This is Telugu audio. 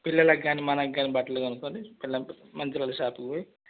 పిల్లలకు కానీ మనకు కానీ బట్టలు కొనుకొని పెళ్ళాంతో మంచిగా షాపింగ్ పోయి